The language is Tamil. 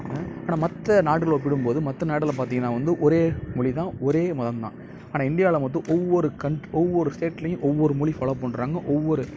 ஆனால் மற்ற நாடுகளுடன் ஒப்பிடும் போது மற்ற நாடெல்லாம் பார்த்திங்கன்னா வந்து ஒரே மொழிதான் ஒரே மதந்தான் ஆனால் இந்தியாவில் மட்டும் ஒவ்வொரு கண்ட் ஒவ்வொரு ஸ்டேட்லியும் ஒவ்வொரு மொழி ஃபாளோவ் பண்ணுறாங்க ஒவ்வொரு